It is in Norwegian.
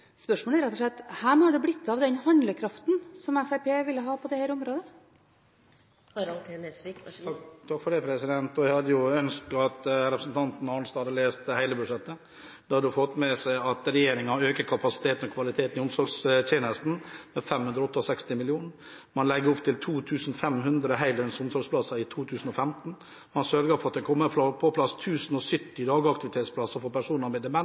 Spørsmålet er rett og slett: Hvor er det blitt av den handlekraften som Fremskrittspartiet ville ha på dette området? Jeg hadde jo ønsket at representanten Arnstad hadde lest hele budsjettet. Da hadde hun fått med seg at regjeringen øker kapasiteten og kvaliteten i omsorgstjenesten med 568 mill. kr. Man legger opp til 2 500 heldøgns omsorgsplasser i 2015. Man sørger for at det kommer på plass 1 070 dagaktivitetsplasser for personer med demens.